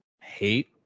hate